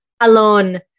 alone